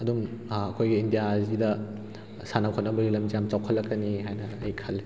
ꯑꯗꯨꯝ ꯑꯩꯈꯣꯏꯒꯤ ꯏꯟꯗꯤꯌꯥꯁꯤꯗ ꯁꯥꯟꯅ ꯈꯣꯠꯅꯕꯒꯤ ꯂꯝꯁꯦ ꯌꯥꯝ ꯆꯥꯎꯈꯠ ꯂꯛꯀꯅꯤ ꯍꯥꯏꯅ ꯑꯩ ꯈꯜꯂꯤ